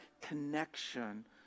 connection